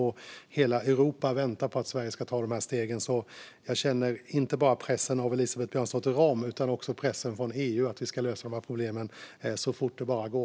Hela Europa väntar på att Sverige ska ta de här stegen, så jag känner pressen inte bara från Elisabeth Björnsdotter Rahm utan också från EU att lösa de här problemen så fort det bara går.